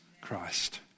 Christ